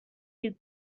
you